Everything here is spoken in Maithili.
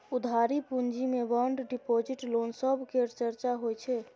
उधारी पूँजी मे बांड डिपॉजिट, लोन सब केर चर्चा होइ छै